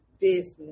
business